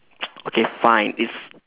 okay fine it's